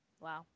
Wow